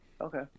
Okay